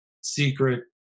secret